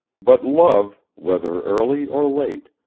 but love, whether early or late,